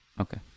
Okay